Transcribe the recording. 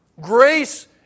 Grace